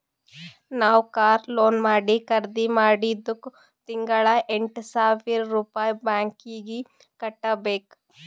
ನಾವ್ car loan ಮಾಡಿ ಖರ್ದಿ ಮಾಡಿದ್ದುಕ್ ತಿಂಗಳಾ ಎಂಟ್ ಸಾವಿರ್ ರುಪಾಯಿ ಬ್ಯಾಂಕೀಗಿ ಕಟ್ಟಬೇಕ್